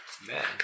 Man